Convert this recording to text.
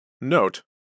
Note